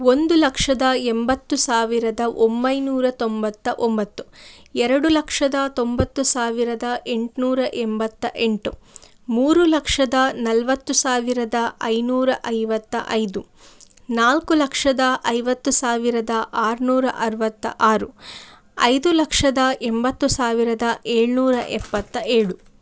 ಒಂದು ಲಕ್ಷದ ಎಂಬತ್ತು ಸಾವಿರದ ಒಂಬೈನೂರ ತೊಂಬತ್ತ ಒಂಬತ್ತು ಎರಡು ಲಕ್ಷದ ತೊಂಬತ್ತು ಸಾವಿರದ ಎಂಟುನೂರ ಎಂಬತ್ತ ಎಂಟು ಮೂರು ಲಕ್ಷದ ನಲ್ವತ್ತು ಸಾವಿರದ ಐನೂರ ಐವತ್ತ ಐದು ನಾಲ್ಕು ಲಕ್ಷದ ಐವತ್ತು ಸಾವಿರದ ಆರುನೂರ ಅರವತ್ತ ಆರು ಐದು ಲಕ್ಷದ ಎಂಬತ್ತು ಸಾವಿರದ ಏಳುನೂರ ಎಪ್ಪತ್ತ ಏಳು